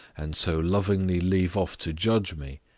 and so lovingly leave off to judge me,